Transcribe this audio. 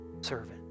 servant